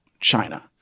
china